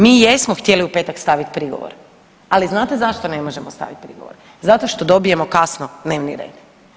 Mi jesmo htjeli u petak stavit prigovor, ali znate zašto ne možemo stavit prigovor, zato što dobijemo kasno dnevni red.